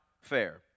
fair